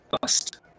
bust